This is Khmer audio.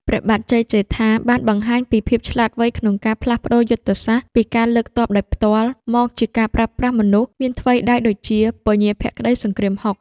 ព្រះបាទជ័យជេដ្ឋា បានបង្ហាញពីភាពវៃឆ្លាតក្នុងការផ្លាស់ប្តូរយុទ្ធសាស្ត្រពីការលើកទ័ពដោយផ្ទាល់ មកជាការប្រើប្រាស់មនុស្សមានថ្វីដៃដូចជាពញាភក្តីសង្គ្រាមហុក ។